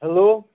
hello